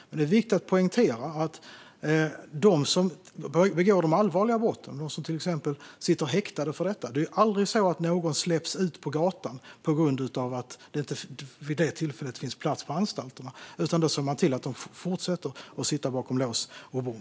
Det är viktigt att poängtera att ingen som begår de allvarliga brotten, och som till exempel sitter häktade för dessa brott, släpps ut på gatan på grund av att det vid tillfället inte finns plats på anstalterna, utan då ser man till att de får fortsätta att sitta bakom lås och bom.